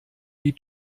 die